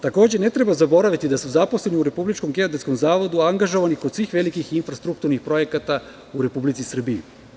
Takođe, ne treba zaboraviti da su zaposleni u Republičkom geodetskom zavodu angažovani kod svih velikih infrastrukturnih projekata u Republici Srbiji.